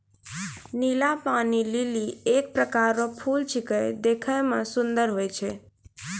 नीला पानी लीली एक प्रकार रो फूल छेकै देखै मे सुन्दर हुवै छै